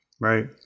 right